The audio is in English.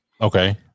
Okay